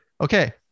Okay